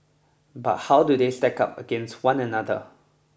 but how do they stack up against one another